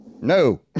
no